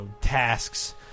tasks